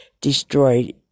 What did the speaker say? destroyed